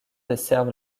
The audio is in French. desservent